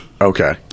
Okay